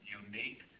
unique